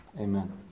Amen